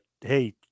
hey